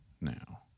now